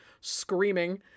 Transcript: screaming